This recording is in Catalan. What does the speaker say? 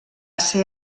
ser